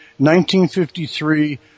1953